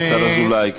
השר אזולאי כאן.